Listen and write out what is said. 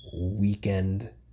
weekend